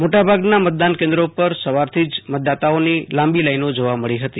મોટાભાગના મતદાન કેન્દો પર સવારથી જ મતદાતાઓની લાંબી લાઈનો જોવા મળી હતી